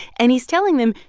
and he's telling them,